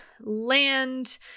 land